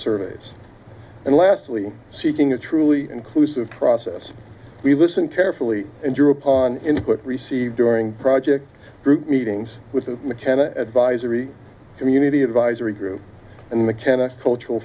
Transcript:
surveys and lastly seeking a truly inclusive process we listen carefully and drew upon input received during project group meetings with the mckenna advisory community advisory group in the tennis cultural